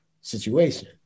situation